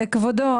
כבודו,